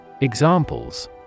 Examples